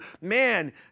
man